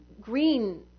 green